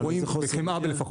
לפחות בחמאה.